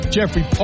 Jeffrey